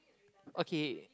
okay